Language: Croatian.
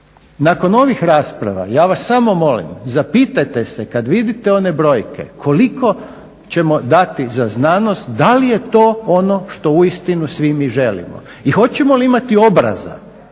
nakon ovih rasprava ja vas samo molim zapitajte se kad vidite one brojke koliko ćemo dati za znanost, da li je to ono što uistinu svi mi želimo? I hoćemo li imati obraza